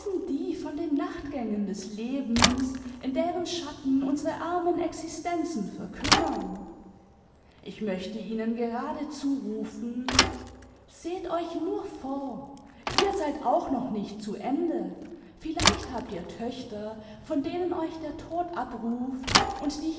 die von den nachtgängen des lebens in deren schatten unsere armen existenzen verkümmern ich möchte ihnen gerade zurufen seht euch nur vor ihr seid auch noch nicht zu ende vielleicht habt ihr töchter von denen euch der tod abruft und die